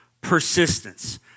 persistence